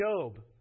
Job